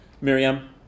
Miriam